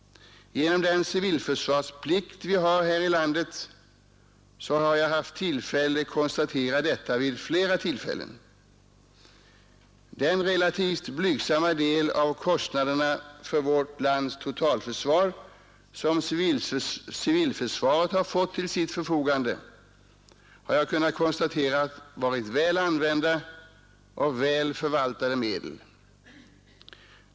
Genom den civilförsvarsplikt vi har här i landet har jag haft tillfälle konstatera detta vid flera tillfällen. Den relativt blygsamma del av kostnaderna för vårt lands totalförsvar som civilförsvaret har fått till sitt förfogande har jag kunnat konstatera varit väl använda och väl förvaltade medel.